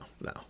no